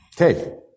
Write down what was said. Okay